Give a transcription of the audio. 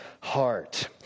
heart